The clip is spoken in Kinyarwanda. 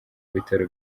bitaro